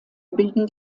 bilden